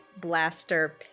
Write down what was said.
blaster